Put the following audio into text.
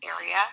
area